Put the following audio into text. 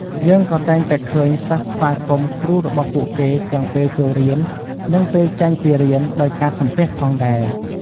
យើងក៏តែងតែឃើញសិស្សស្វាគមន៍គ្រូរបស់ពួកគេទាំងពេលចូលរៀន និងពេលចេញពីរៀនដោយការសំពះផងដែរ។